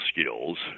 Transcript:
skills